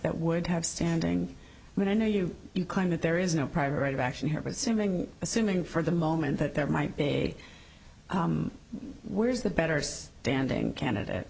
that would have standing but i know you you claim that there is no private right action here but something assuming for the moment that there might be a where's the better standing candidate